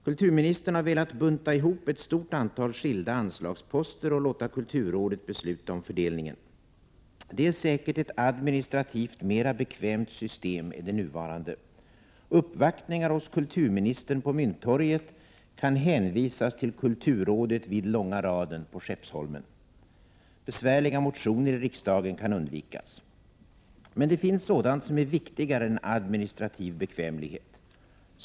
Kulturministern har velat bunta ihop ett stort antal skilda anslagsposter och låta kulturrådet besluta om fördelningen. Det är säkert ett administrativt mera bekvämt system än det nuvarande. Uppvaktningar hos kulturministern på Mynttorget kan hänvisas till kulturrådet vid Långa raden på Skeppsholmen. Besvärliga motioner i riksdagen kan undvikas. Men det finns sådant som är viktigare än administrativ bekvämlighet.